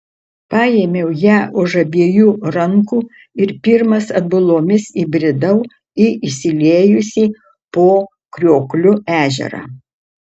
paėmiau ją už abiejų rankų ir pirmas atbulomis įbridau į išsiliejusį po kriokliu ežerą